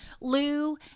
Lou